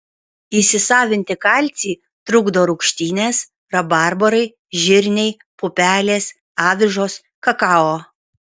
įsisavinti kalcį trukdo rūgštynės rabarbarai žirniai pupelės avižos kakao